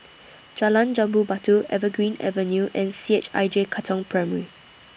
Jalan Jambu Batu Evergreen Avenue and C H I J Katong Primary